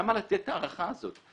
למה לתת את ההארכה הזאת?